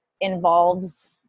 involves